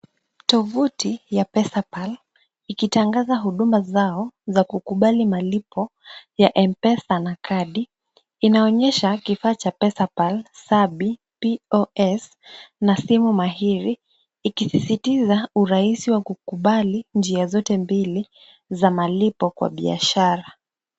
Tovuti ya Pesapal ikitangaza huduma zao za kukubali malipo ya M-Pesa na kadi. Inaonyesha kifaa cha pesapal sabi pos na simu mahiri ikisisitiza urahisi wa kukubali njia zote mbili za malipo kwa biashara.